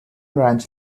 ranch